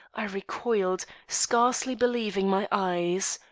i recoiled, scarcely believing my eyes.